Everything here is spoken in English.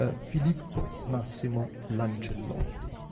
ah filippo massimo lancellotti.